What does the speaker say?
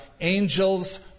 Angels